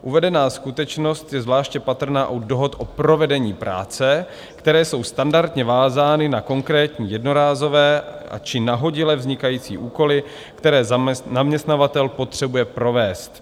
Uvedená skutečnost je zvláště patrná u dohod o provedení práce, které jsou standardně vázány na konkrétní jednorázové či nahodile vznikající úkoly, které zaměstnavatel potřebuje provést.